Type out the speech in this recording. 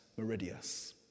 Meridius